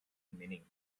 meaning